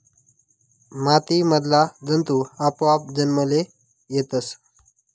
माती मधला जंतु आपोआप जन्मले येतस